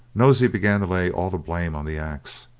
nosey began to lay all the blame on the axe,